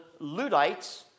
Ludites